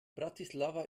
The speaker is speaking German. bratislava